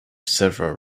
several